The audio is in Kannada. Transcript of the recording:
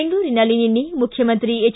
ಬೆಂಗಳೂರಿನಲ್ಲಿ ನಿನ್ನೆ ಮುಖ್ಯಮಂತ್ರಿ ಎಚ್